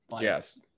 Yes